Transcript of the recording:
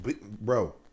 bro